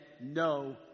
no